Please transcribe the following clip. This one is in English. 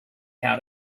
how